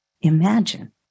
imagine